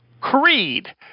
Creed